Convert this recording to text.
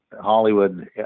Hollywood